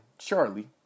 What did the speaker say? Charlie